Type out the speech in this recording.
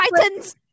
Titans